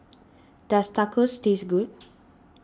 does Tacos taste good